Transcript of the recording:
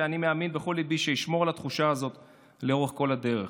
ואני מאמין בכל ליבי שאשמור על התחושה הזאת לאורך כל הדרך.